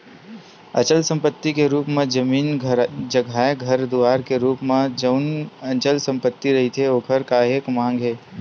अचल संपत्ति के रुप म जमीन जघाए घर दुवार के रुप म जउन अचल संपत्ति रहिथे ओखर काहेक मांग हे